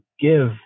give